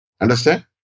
Understand